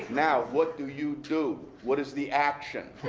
now what do you do? what is the action?